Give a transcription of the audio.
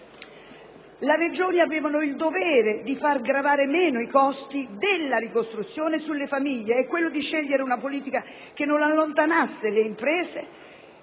Le Regioni avevano il dovere di far gravare in misura minore i costi della ricostruzione sulle famiglie e di scegliere una politica che non allontanasse le imprese